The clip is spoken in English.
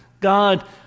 God